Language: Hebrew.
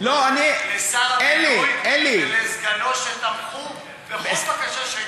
הודות לשר הבינוי ולסגנו שתמכו בכל בקשה,